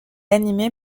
animé